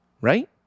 right